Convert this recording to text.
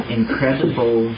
incredible